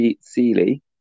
Seeley